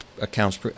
Accounts